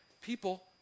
people